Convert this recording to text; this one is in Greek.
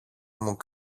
μου